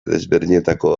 desberdinetako